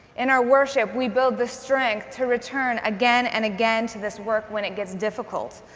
in our worship, we build the strength to return again and again to this work when it gets difficult.